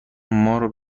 مارو